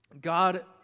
God